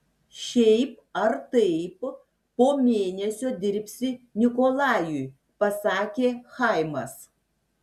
šiaip ar taip po mėnesio dirbsi nikolajui pasakė chaimas